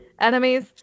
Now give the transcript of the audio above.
Enemies